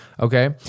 okay